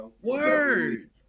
Word